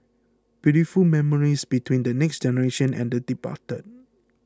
beautiful memories between the next generation and the departed